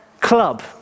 club